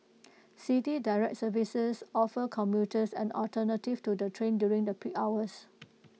City Direct services offer commuters an alternative to the train during the peak hours